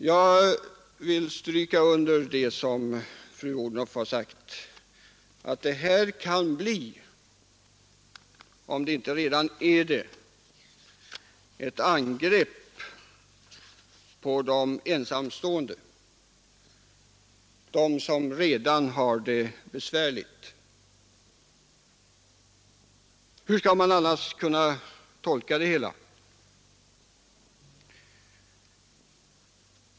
Jag vill stryka under fru Odhnoffs uttalande, att de resonemang som förekommit kan bli om de inte redan är det — ett angrepp på de ensamstående, på dem som redan har det besvärligt. Hur skall man annars tolka det hela?